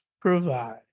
provide